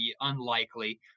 unlikely